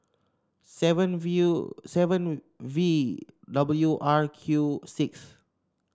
seven V O seven V W R Q six